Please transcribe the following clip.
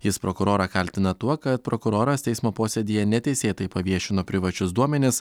jis prokurorą kaltina tuo kad prokuroras teismo posėdyje neteisėtai paviešino privačius duomenis